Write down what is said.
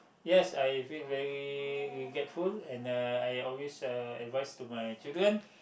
yes I feel very regretful and I I always uh advise to my children